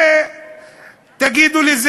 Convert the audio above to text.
תגידו לי,